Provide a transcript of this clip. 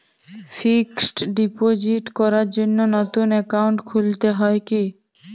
Fix deposit করার জন্য নতুন অ্যাকাউন্ট খুলতে হয় কী?